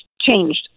changed